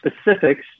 specifics